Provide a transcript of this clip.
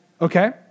okay